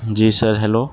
G sir hello